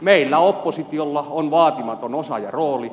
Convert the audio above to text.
meillä oppositiolla on vaatimaton osa ja rooli